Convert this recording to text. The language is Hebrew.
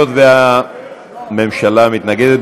היות שהממשלה מתנגדת,